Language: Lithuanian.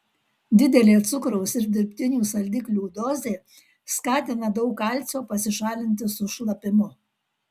didelė cukraus ir dirbtinių saldiklių dozė skatina daug kalcio pasišalinti su šlapimu